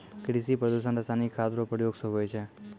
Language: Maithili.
कृषि प्रदूषण रसायनिक खाद रो प्रयोग से हुवै छै